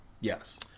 Yes